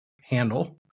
handle